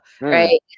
right